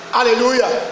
Hallelujah